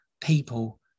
people